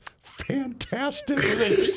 fantastic